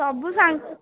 ସବୁ ସାଙ୍ଗ